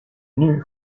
nue